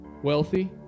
Wealthy